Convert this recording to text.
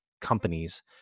companies